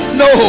no